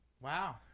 Wow